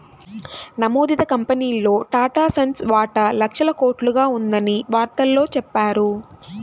నమోదిత కంపెనీల్లో టాటాసన్స్ వాటా లక్షల కోట్లుగా ఉందని వార్తల్లో చెప్పారు